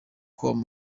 com